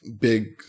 big